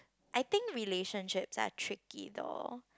I think relationships are tricky though